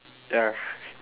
ya